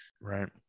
right